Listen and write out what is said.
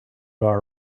bar